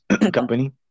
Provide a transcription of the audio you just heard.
company